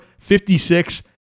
56